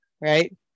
right